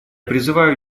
призываю